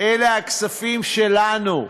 אלה הכספים שלנו.